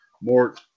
More